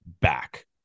back